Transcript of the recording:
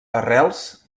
arrels